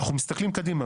אנחנו מסתכלים קדימה,